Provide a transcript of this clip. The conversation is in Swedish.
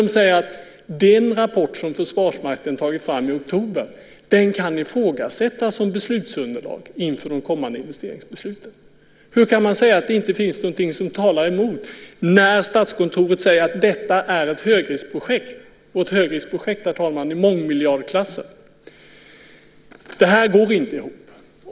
De säger där att den rapport som Försvarsmakten tagit fram i oktober kan ifrågasättas som beslutsunderlag inför de kommande investeringsbesluten. Hur kan man säga att det inte finns någonting som talar emot när Statskontoret säger att detta är ett högriskprojekt? Det är, herr talman, ett högriskprojekt i mångmiljardklassen. Det går inte ihop.